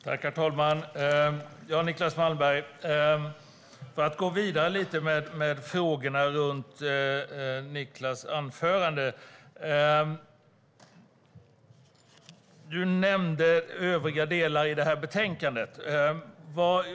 Herr talman! För att gå vidare lite med frågorna runt Niclas anförande nämnde han övriga delar i betänkandet.